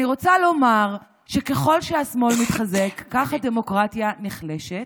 אני רוצה לומר שככל שהשמאל מתחזק כך הדמוקרטיה נחלשת,